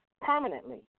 permanently